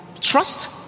trust